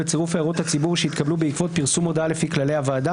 בצירוף הערות הציבור שהתקבלו בעקבות פרסום הודעה לפי כללי הוועדה,